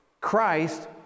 Christ